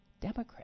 Democrat